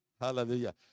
Hallelujah